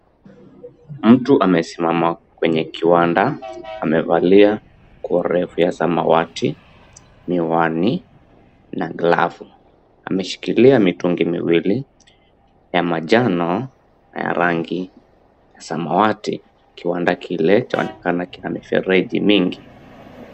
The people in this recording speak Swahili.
Mtu amesimama kwenye kiwanda. Amevalia nguo refu ya samawati, miwani na glavu. Ameshikilia mitungi miwili ya manjano na ya rangi ya samawati. Kiwanda kile chaonekana kina mifereji mingi.